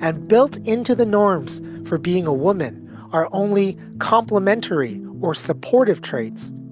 and built into the norms for being a woman are only complementary or supportive traits,